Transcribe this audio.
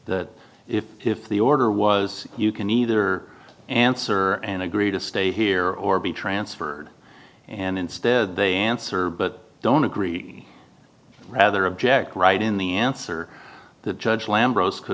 that if if the order was you can either answer and agree to stay here or be transferred and instead they answer but don't agree rather object right in the answer the judge lambro